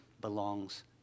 belongs